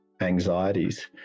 anxieties